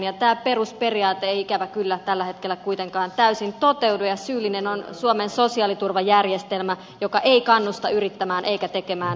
tämä perusperiaate ei ikävä kyllä tällä hetkellä kuitenkaan täysin toteudu ja syyllinen on suomen sosiaaliturvajärjestelmä joka ei kannusta yrittämään eikä tekemään töitä